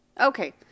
Okay